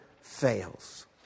fails